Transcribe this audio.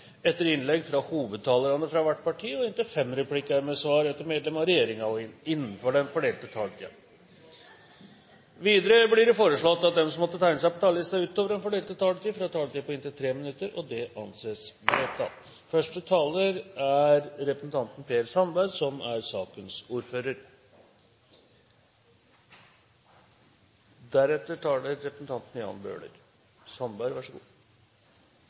etter innlegg fra hovedtalerne fra hvert parti og inntil fem replikker med svar etter innlegg fra medlem av regjeringen innenfor den fordelte taletid. Videre blir det foreslått at de som måtte tegne seg på talerlisten utover den fordelte taletid, får en taletid på inntil 3 minutter. – Det anses vedtatt. Man føler for hver budsjettbehandling man har i komiteen, at man er